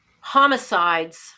homicides